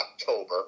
October